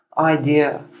idea